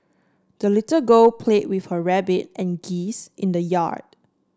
the little girl play with her rabbit and geese in the yard